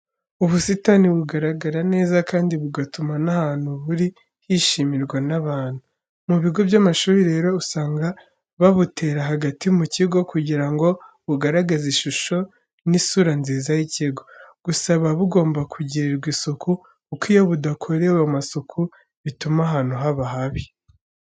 Ubusitani bugaragara neza kandi bugatuma n'ahantu buri hishimirwa n'abantu. Mu bigo by'amashuri rero, usanga babutera hagati mu kigo kugira ngo bugaragaze ishusho n'isura nziza y'ikigo. Gusa buba bugomba kugirirwa isuku kuko iyo budakorewe amasuku bituma ahantu haba habi.